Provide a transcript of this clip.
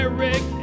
Eric